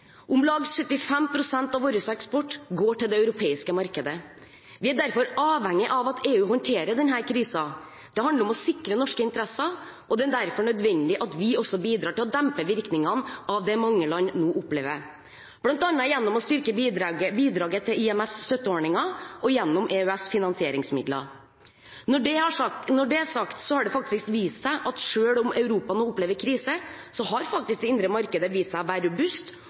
Om lag 75 pst. av vår eksport går til det europeiske markedet. Vi er derfor avhengige av at EU håndterer denne krisen. Det handler om å sikre norske interesser, og det er derfor nødvendig at vi også bidrar til å dempe virkningene av det mange land nå opplever, bl.a. gjennom å styrke bidraget til IMFs støtteordninger og gjennom EØSs finansieringsmidler. Når det er sagt, har det faktisk vist seg at selv om Europa nå opplever krise, har det indre markedet vist seg å være robust